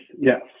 Yes